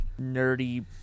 nerdy